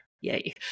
yay